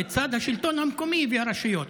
לצד השלטון המקומי והרשויות.